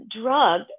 drug